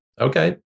Okay